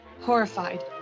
horrified